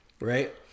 right